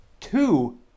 two